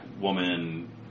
woman